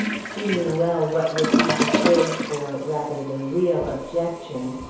she knew well what would be the great, or rather the real objection.